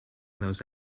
those